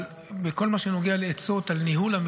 על השאלה.